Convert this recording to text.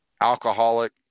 alcoholic